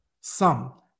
sum